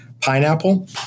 pineapple